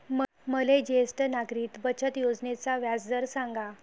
मले ज्येष्ठ नागरिक बचत योजनेचा व्याजदर सांगा